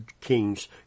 King's